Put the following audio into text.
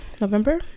November